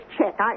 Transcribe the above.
check